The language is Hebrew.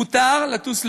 מותר לטוס לחו"ל,